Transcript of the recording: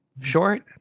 short